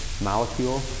molecule